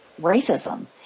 racism